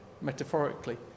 metaphorically